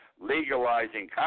legalizing